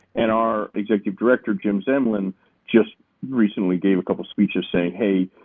and our executive director jim zemlin just recently gave a couple of speeches saying, hey,